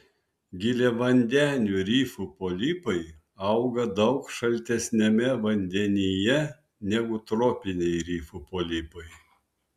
giliavandenių rifų polipai auga daug šaltesniame vandenyje negu tropiniai rifų polipai